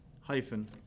hyphen